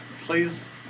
please